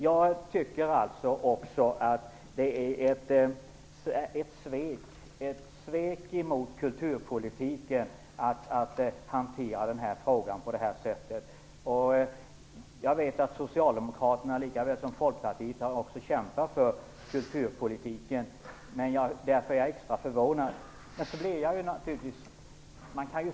Jag tycker också att det är ett svek emot kulturpolitiken att hantera frågan på det här sättet. Jag vet att Socialdemokraterna likaväl som Folkpartiet har kämpat för kulturpolitiken. Därför är jag extra förvånad.